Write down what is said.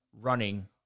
running